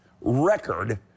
record